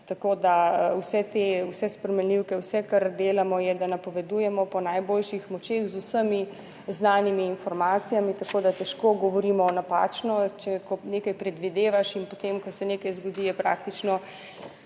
vse, te, vse spremenljivke, vse kar delamo, je, da napovedujemo po najboljših močeh, z vsemi znanimi informacijami. Tako da težko govorimo napačno, ko nekaj predvidevaš in potem, ko se nekaj zgodi, je praktično